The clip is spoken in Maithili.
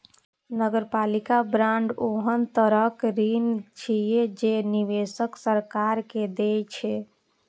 नगरपालिका बांड ओहन तरहक ऋण छियै, जे निवेशक सरकार के दै छै